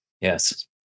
Yes